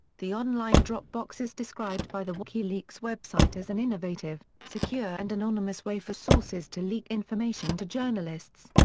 the online drop box is described by the wikileaks website as an innovative, secure and anonymous way for sources to leak information to journalists.